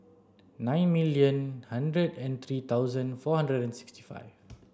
nine million hundred and three thousand four hundred and sixty five